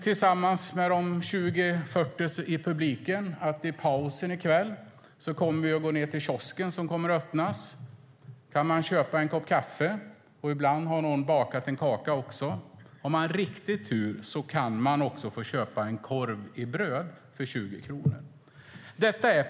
Tillsammans med de 20-40 i publiken kommer vi i pausen i kväll att gå ned till kiosken som kommer att öppnas. Där kan man köpa en kopp kaffe, och ibland har någon bakat en kaka också. Har man riktig tur kan man också få köpa en korv i bröd för 20 kronor.